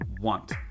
want